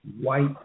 white